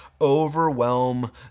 overwhelm